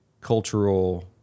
cultural